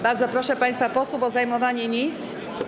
Bardzo proszę państwa posłów o zajmowanie miejsc.